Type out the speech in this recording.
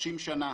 30 שנה.